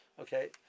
Okay